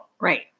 Right